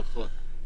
נכון.